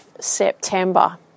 September